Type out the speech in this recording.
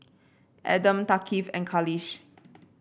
Adam Thaqif and Khalish